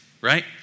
right